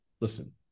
listen